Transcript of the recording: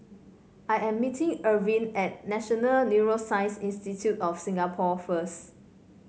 I am meeting Ervin at National Neuroscience Institute of Singapore first